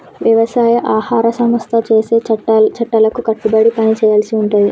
వ్యవసాయ ఆహార సంస్థ చేసే చట్టాలకు కట్టుబడి పని చేయాల్సి ఉంటది